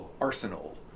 arsenal